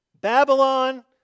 Babylon